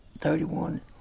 thirty-one